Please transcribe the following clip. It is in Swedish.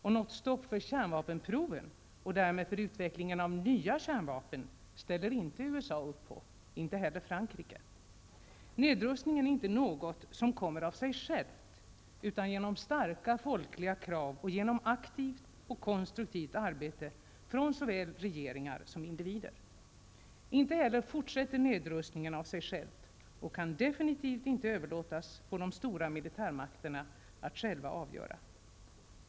Och något stopp för kärnvapenproven och därmed för utvecklingen av nya kärnvapen ställer USA inte upp på, inte heller Nedrustningen är inte något som kommer av sig självt utan genom starka folkliga krav och genom aktivt och konstruktivt arbete från såväl regeringar som individer. Inte heller fortsätter nedrustningen av sig själv, och den kan definitivt inte överlåtas på de stora militärmakterna att själva avgöra.